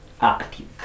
active